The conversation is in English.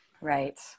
Right